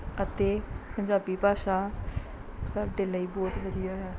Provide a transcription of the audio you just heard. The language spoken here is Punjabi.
ਅਤੇ ਪੰਜਾਬੀ ਭਾਸ਼ਾ ਸ ਸਾਡੇ ਲਈ ਬਹੁਤ ਵਧੀਆ ਹੈ